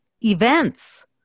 events